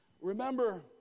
Remember